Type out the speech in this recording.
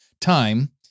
time